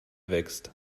wächst